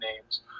names